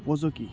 উপযোগী